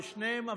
ושניהם,